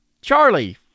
Charlie